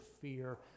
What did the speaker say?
fear